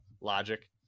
Logic